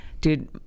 dude